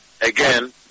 Again